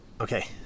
Okay